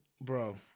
Bro